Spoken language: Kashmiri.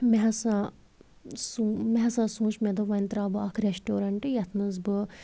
مےٚ ہسا سوٗ مےٚ ہسا سوٗنٛچ مےٚ دوٚپ وۄنۍ ترٛاوٕ بہٕ اَکھ ریسٹَورنٹ یَتھ منٛز بہٕ